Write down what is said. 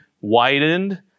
widened